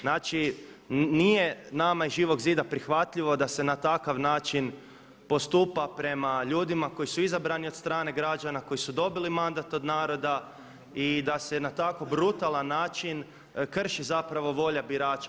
Znači nije nama iz Živog zida prihvatljivo da se na takav način postupa prema ljudima koji su izabrani od strane građana, koji su dobili mandat od naroda i da se na tako brutalan način krši zapravo volja birača.